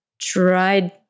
tried